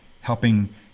helping